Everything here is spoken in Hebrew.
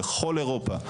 בכל אירופה,